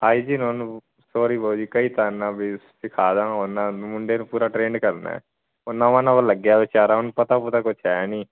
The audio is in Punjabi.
ਹਾਈਜੀਨ ਉਹਨੂੰ ਸੋਰੀ ਬਾਊ ਜੀ ਕਈ ਤਾਂ ਨਾ ਵੀ ਸਿਖਾ ਦਾ ਉਹਨਾਂ ਨੂੰ ਮੁੰਡੇ ਨੂੰ ਪੂਰਾ ਟ੍ਰੇਨਡ ਕਰਨਾ ਉਹ ਨਵਾਂ ਨਵਾਂ ਲੱਗਿਆ ਵਿਚਾਰਾਂ ਉਹ ਨੂੰ ਪਤਾ ਪੁਤਾ ਕੁਛ ਹੈ ਨਹੀਂ